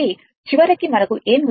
కాబట్టి చివరికి మనకు ఏమి వచ్చింది